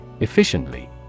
Efficiently